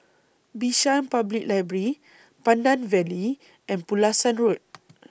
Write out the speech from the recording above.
Bishan Public Library Pandan Valley and Pulasan Road